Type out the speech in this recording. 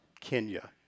Kenya